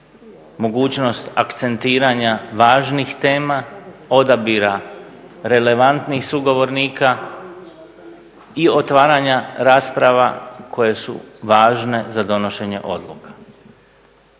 mogućnost akcentiranja važnih tema, odabira relevantnih sugovornika i otvaranja rasprava koje su važne za donošenje odluka.